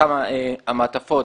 ששם המעטפות